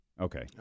Okay